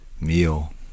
meal